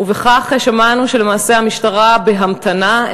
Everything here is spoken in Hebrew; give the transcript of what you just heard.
וכך שמענו שלמעשה המשטרה בהמתנה,